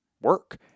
work